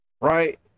right